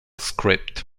script